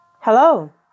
Hello